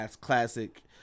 classic